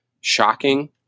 shocking